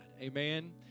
Amen